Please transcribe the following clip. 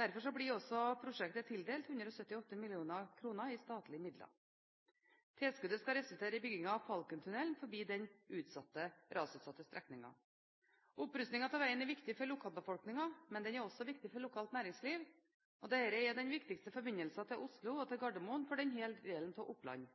Derfor blir også prosjektet tildelt 178 mill. kr i statlige midler. Tilskuddet skal resultere i byggingen av Falkentunnelen forbi den rasutsatte strekningen. Opprustningen av veien er viktig for lokalbefolkningen, men den er også viktig for lokalt næringsliv. Dette er den viktigste forbindelsen til Oslo og Gardermoen for denne delen av Oppland.